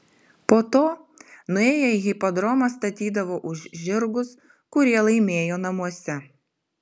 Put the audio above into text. po to nuėję į hipodromą statydavo už žirgus kurie laimėjo namuose